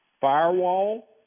firewall